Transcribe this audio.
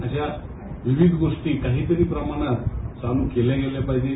अश्या विविध गोष्टी काही तरी प्रमाणात सुरू केल्या गेल्या पाहिजे